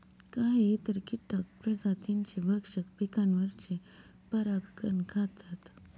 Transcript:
काही इतर कीटक प्रजातींचे भक्षक पिकांवरचे परागकण खातात